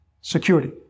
Security